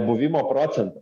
buvimo procentą